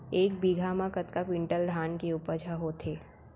एक बीघा म कतका क्विंटल धान के उपज ह होथे?